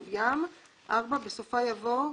עוביים"; (4)בסופה יבוא :